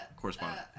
correspondent